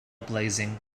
blazing